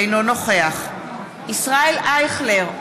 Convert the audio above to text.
אינו נוכח ישראל אייכלר,